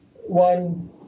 One